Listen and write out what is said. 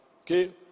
okay